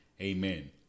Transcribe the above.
Amen